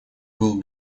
был